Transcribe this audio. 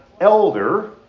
elder